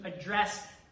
address